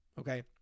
Okay